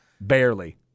Barely